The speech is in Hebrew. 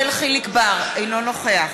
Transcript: אינו נוכח